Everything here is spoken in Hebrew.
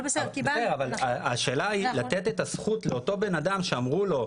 השאלה היא לתת את הזכות לאותו בן אדם שאמרו לו,